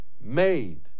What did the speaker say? made